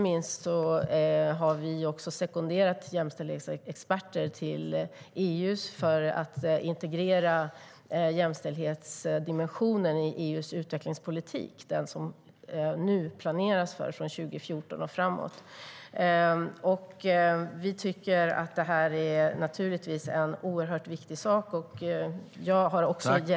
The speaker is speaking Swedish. Vi har inte minst sekunderat EU:s jämställdhetsexperter för att integrera jämställdhetsdimensionen i EU:s utvecklingspolitik, som nu planeras för 2014 och framåt.